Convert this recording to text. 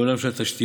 בעולם של התשתיות,